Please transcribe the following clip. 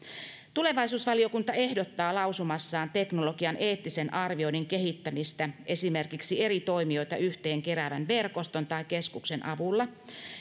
tulevaisuusvaliokunta ehdottaa lausumassaan teknologian eettisen arvioinnin kehittämistä esimerkiksi eri toimijoita yhteen keräävän verkoston tai keskuksen avulla